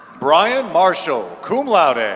brian marshall, cum laude and